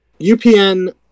UPN